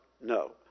no